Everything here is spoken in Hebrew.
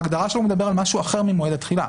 בהגדרה שלו הוא מדבר על משהו אחר ממועד התחילה,